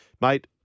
Mate